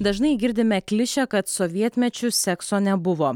dažnai girdime klišę kad sovietmečiu sekso nebuvo